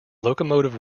locomotive